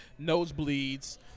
nosebleeds